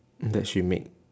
that she make